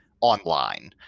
online